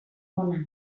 ona